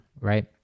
right